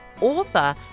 author